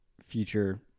future